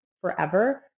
forever